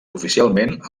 oficialment